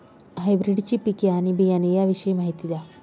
हायब्रिडची पिके आणि बियाणे याविषयी माहिती द्या